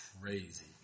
Crazy